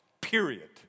period